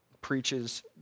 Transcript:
preaches